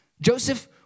Joseph